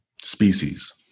species